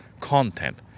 content